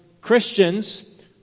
Christians